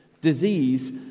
Disease